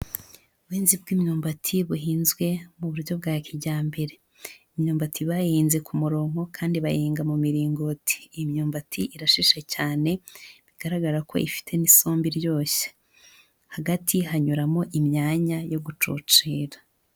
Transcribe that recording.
Ubuhinzi bw'imyumbati buhinzwe mu buryo bwa kijyambere, imyumbati bayihinze ku murongo kandi bayihinga mu miringoti, iyi myumbati irashishe cyane bigaragara ko ifite n'isombe iryoshye, hagati hanyuramo imyanya yo gucucira.